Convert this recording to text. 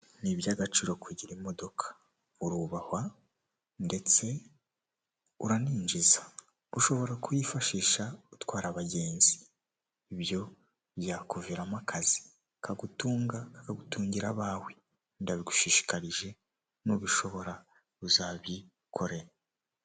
Ni iby'agaciro kugira imodoka. Urubahwa, ndetse uraninjiza. Ushobora kuyifashisha utwara abagenzi. Ibyo byakuviramo akazi kagutunga, kakagutungira abawe. Ndabigushishikarije! Nubishobora uzabikore.